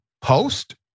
Post